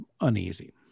uneasy